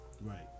Right